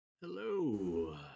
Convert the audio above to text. Hello